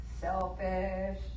selfish